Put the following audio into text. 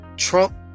Trump